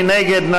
מי נגד?